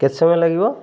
କେତେ ସମୟ ଲାଗିବ